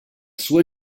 sua